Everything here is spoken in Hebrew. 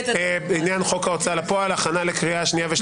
בעניין חוק ההוצאה לפועל הכנה לקריאה שנייה ושלישית.